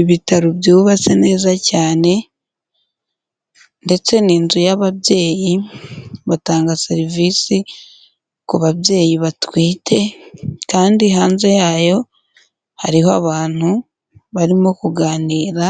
Ibitaro byubatse neza cyane ndetse ni inzu y'ababyeyi, batanga serivisi ku babyeyi batwite kandi hanze yayo hariho abantu barimo kuganira